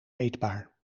eetbaar